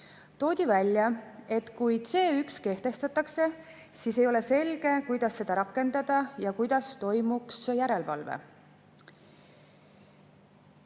Toodi välja, et kui kehtestatakse C1[‑taseme nõue], siis ei ole selge, kuidas seda rakendada ja kuidas toimuks järelevalve.